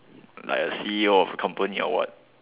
like a C_E_O of a company or what